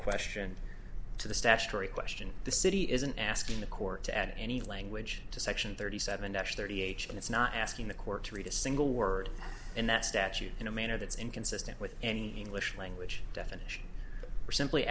question to the statutory question the city isn't asking the court to add any language to section thirty seven dash thirty eight and it's not asking the court to read a single word in that statute in a manner that's inconsistent with any english language definition or simply